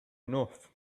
enough